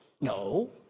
No